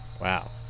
Wow